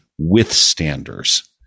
withstanders